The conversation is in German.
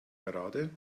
gerade